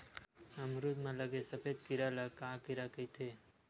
अमरूद म लगे सफेद कीरा ल का कीरा कइथे?